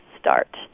start